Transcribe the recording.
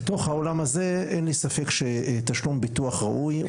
בתוך העולם הזה אין לי ספק שתשלום ביטוח ראוי,